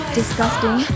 disgusting